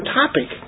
topic